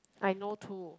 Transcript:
I know too